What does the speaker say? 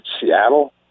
Seattle